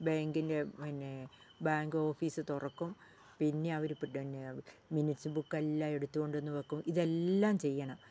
ബാങ്കിൻ്റെ പിന്നെ bank office തുറക്കും പിന്നെ അവര് പിന്നെ മിനിറ്റ്സ് ബുക്കെല്ലാം എടുത്ത് കൊണ്ടുവന്ന് വെക്കും ഇതെല്ലാം ചെയ്യണം